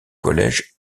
collège